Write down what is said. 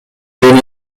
жөн